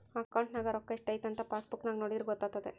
ಅಕೌಂಟ್ನಗ ರೋಕ್ಕಾ ಸ್ಟ್ರೈಥಂಥ ಪಾಸ್ಬುಕ್ ನಾಗ ನೋಡಿದ್ರೆ ಗೊತ್ತಾತೆತೆ